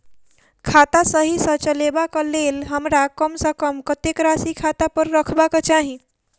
खाता सही सँ चलेबाक लेल हमरा कम सँ कम कतेक राशि खाता पर रखबाक चाहि?